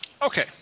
Okay